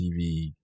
TV